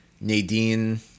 Nadine